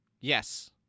Yes